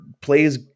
plays